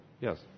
Yes